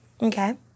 okay